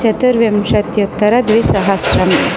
चतुर्विशत्युत्तरद्विसहस्रम्